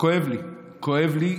וכואב לי, כואב לי.